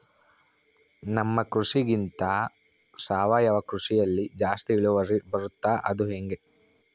ನಮ್ಮ ಕೃಷಿಗಿಂತ ಸಾವಯವ ಕೃಷಿಯಲ್ಲಿ ಜಾಸ್ತಿ ಇಳುವರಿ ಬರುತ್ತಾ ಅದು ಹೆಂಗೆ?